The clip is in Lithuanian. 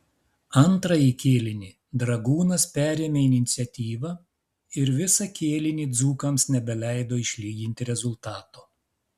antrąjį kėlinį dragūnas perėmė iniciatyvą ir visą kėlinį dzūkams nebeleido išlyginti rezultato